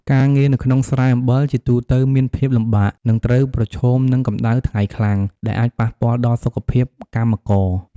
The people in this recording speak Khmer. ការងារនៅក្នុងស្រែអំបិលជាទូទៅមានភាពលំបាក និងត្រូវប្រឈមនឹងកម្ដៅថ្ងៃខ្លាំង ដែលអាចប៉ះពាល់ដល់សុខភាពកម្មករ។